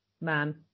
man